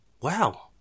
Wow